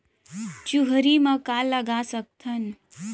चुहरी म का लगा सकथन?